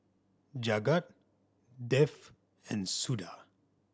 Jagat Dev and Suda